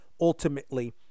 ultimately